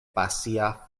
pasia